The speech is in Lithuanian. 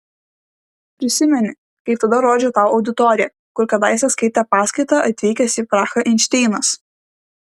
prisimeni kaip tada rodžiau tau auditoriją kur kadaise skaitė paskaitą atvykęs į prahą einšteinas